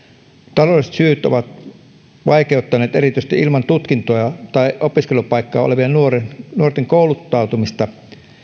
taloudelliset syyt ovat vaikeuttaneet erityisesti ilman tutkintoja tai opiskelupaikkaa olevien nuorten kouluttautumista